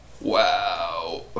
Wow